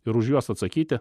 ir už juos atsakyti